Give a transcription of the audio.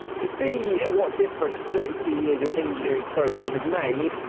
to see what difference thirty two years of engineering progress have made,